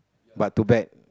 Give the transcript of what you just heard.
but too bad